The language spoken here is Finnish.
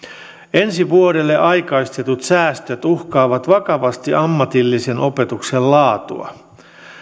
ensi vuodelle aikaistetut säästöt uhkaavat vakavasti ammatillisen opetuksen laatua